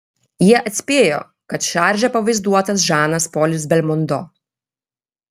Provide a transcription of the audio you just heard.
jie atspėjo kad šarže pavaizduotas žanas polis belmondo